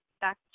back